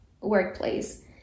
workplace